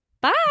bye